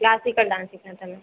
classical dance सीखना था ma'am